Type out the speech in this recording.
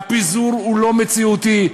הפיזור הוא לא מציאותי.